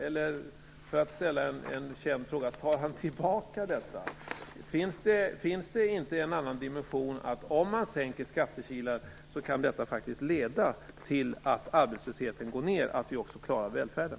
Eller - för att ställa en känd fråga - tar han tillbaka detta? Finns det inte en annan dimension att om man sänker skattekilar kan detta faktiskt leda till att arbetslösheten går ned och att vi klarar välfärden?